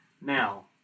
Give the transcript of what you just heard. Now